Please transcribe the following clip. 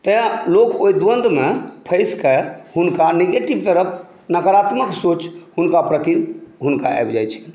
तैं लोक ओहि द्वन्दमे फँसिके हुनका निगेटिव तरफ नकारात्मक सोच हुनका प्रति हुनका आबि जाइत छै